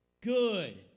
good